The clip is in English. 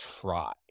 try